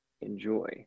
enjoy